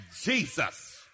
Jesus